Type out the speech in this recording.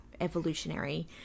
evolutionary